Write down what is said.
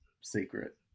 secret